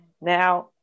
Now